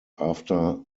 after